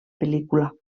pel·lícula